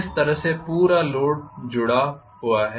इस तरह से पूरा लोड जुड़ा है